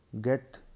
get